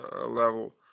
level